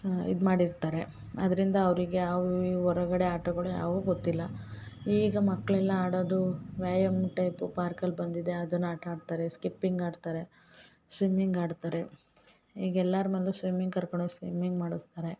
ಇದು ಮಾಡಿರ್ತಾರೆ ಅದರಿಂದ ಅವಿರಗೆ ಅವ ಇವ ಹೊರಗಡೆ ಆಟಗಳು ಯಾವು ಗೊತ್ತಿಲ್ಲ ಈಗ ಮಕ್ಕಳೆಲ್ಲ ಆಡೊದು ವ್ಯಾಯಾಮ ಟೈಪು ಪಾರ್ಕಲ್ಲಿ ಬಂದಿದೆ ಅದನ್ನ ಆಟ ಆಡ್ತಾರೆ ಸ್ಕಿಪ್ಪಿಂಗ್ ಆಡ್ತಾರೆ ಸ್ವಿಮ್ಮಿಂಗ್ ಆಡ್ತಾರೆ ಈಗ ಎಲ್ಲಾರ ಮನೇಲು ಸ್ವಿಮಿಂಗ್ ಕರ್ಕೊಂಡೋಗಿ ಸ್ವಿಮ್ಮಿಂಗ್ ಮಾಡಿಸ್ತಾರೆ